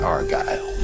Argyle